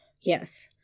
Yes